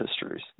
histories